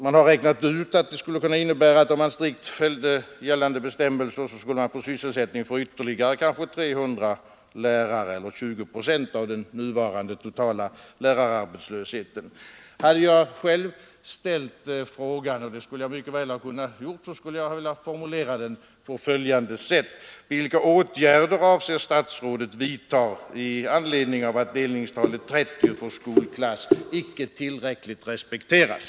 Man har räknat ut att om gällande bestämmelser följdes strikt, så skulle det kunna innebära sysselsättning för ytterligare kanske 300 lärare eller 20 procent av den nuvarande totala lärararbetslösheten. Om jag själv hade framställt den fråga det här gäller — och det hade jag mycket väl kunnat göra — skulle jag ha formulerat den på följande sätt: Vilka åtgärder avser statsrådet vidta i anledning av att delningstal 30 för skolklasser inte tillräckligt respekteras?